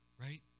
right